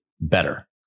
better